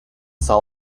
sell